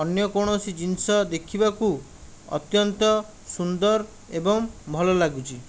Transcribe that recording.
ଅନ୍ୟ କୌଣସି ଜିନିଷ ଦେଖିବାକୁ ଅତ୍ୟନ୍ତ ସୁନ୍ଦର ଏବଂ ଭଲ ଲାଗୁଛି